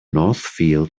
northfield